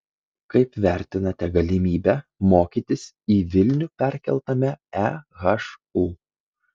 kaip vertinate galimybę mokytis į vilnių perkeltame ehu